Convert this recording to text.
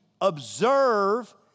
observe